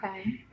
Okay